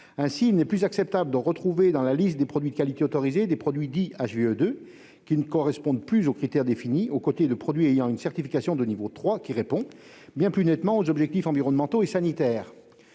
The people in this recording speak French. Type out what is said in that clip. Ainsi, il n'est plus acceptable de retrouver dans la liste des produits de qualité autorisés des produits dits HVE 2, qui ne correspondent plus aux critères définis, aux côtés de produits ayant une certification de niveau 3, qui répondent bien plus nettement aux objectifs environnementaux et sanitaires.